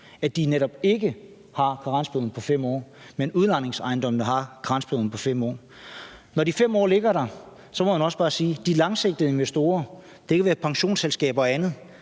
at de netop ikke har karensperioden på 5 år, mens udlejningsejendommene har karensperioden på 5 år. Når de 5 år ligger der, må man også bare sige, at for de langsigtede investorer – det kan være pensionsselskaber og andet